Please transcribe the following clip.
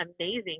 amazing